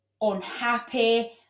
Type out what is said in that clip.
unhappy